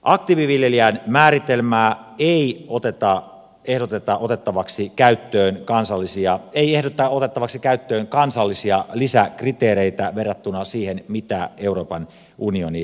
aktiiviviljelijän määritelmän suhteen ei ehdoteta otettavaksi käyttöön kansallisia ei erota otettavaksi käyttöön kansallisia lisäkriteereitä verrattuna siihen mitä euroopan unioni esittää